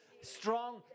strong